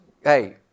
hey